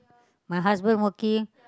my husband working